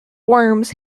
worms